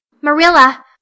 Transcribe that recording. Marilla